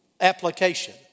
application